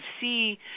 see